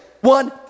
one